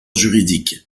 juridique